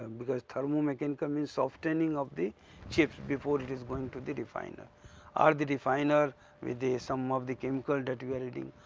because thermo mechanical means softening of the chips before it is going to the refiner or the refiner with the some of the chemical that we are heating,